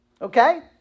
Okay